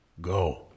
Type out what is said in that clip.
Go